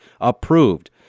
approved